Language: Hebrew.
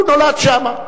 הוא נולד שם.